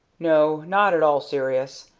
no. not at all serious.